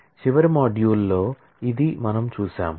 కాబట్టి చివరి మాడ్యూల్లో ఇదీ మనము చూసాం